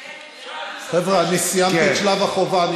חבר'ה, אני סיימתי את שלב החובה.